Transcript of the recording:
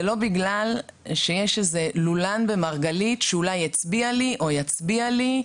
זה לא בגלל שיש איזה לולן במרגלית שאולי הצביע לי או יצביע לי,